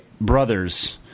brothers